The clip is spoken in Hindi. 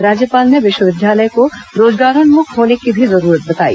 राज्यपाल ने विश्वविद्यालय को रोजगारोन्मुख होने की भी जरूरत बताई